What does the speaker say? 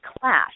class